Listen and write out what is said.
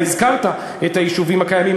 אתה הזכרת את היישובים הקיימים,